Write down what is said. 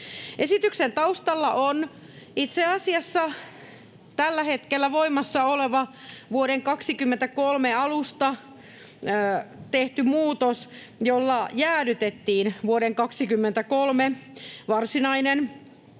Esityksen taustalla on itse asiassa tällä hetkellä voimassa oleva vuoden 23 alusta tehty muutos, jolla jäädytettiin vuoden 23 varsinainen